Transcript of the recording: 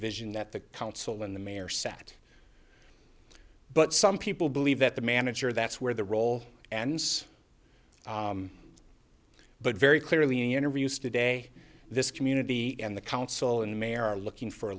vision that the council and the mayor set but some people believe that the manager that's where the role and but very clearly interviews today this community and the council and mayor are looking for a